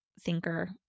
thinker